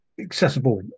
accessible